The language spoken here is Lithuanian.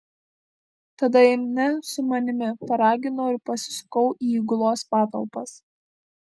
tada eime su manimi paraginau ir pasisukau į įgulos patalpas